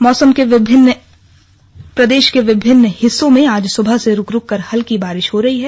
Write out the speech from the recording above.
मौसम प्रदेश के विभिन्न हिस्सों में आज सुबह से रूक रूककर हल्की बारिश हो रही है